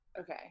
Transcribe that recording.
Okay